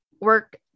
work